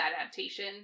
adaptation